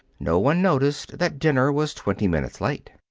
no one noticed that dinner was twenty minutes late.